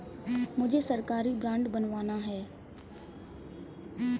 मुझे सरकारी बॉन्ड बनवाना है